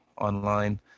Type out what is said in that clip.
online